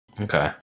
Okay